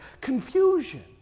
confusion